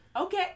Okay